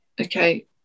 okay